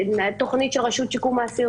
תוכנית של רשות שיקום האסיר.